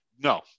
No